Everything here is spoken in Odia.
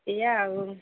ଏଇଆ ଆଉ